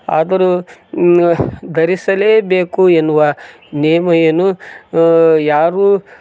ಆದರೂ ಧರಿಸಲೇಬೇಕು ಎನ್ನುವ ನಿಯಮ ಏನು ಯಾರೂ